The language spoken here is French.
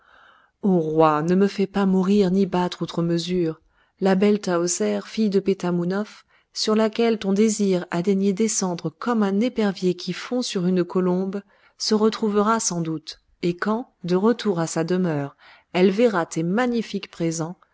ô roi ne me fais pas mourir ni battre outre mesure la belle tahoser fille de pétamounoph sur laquelle ton désir a daigné descendre comme un épervier qui fond sur une colombe se retrouvera sans doute et quand de retour à sa demeure elle verra tes magnifiques présents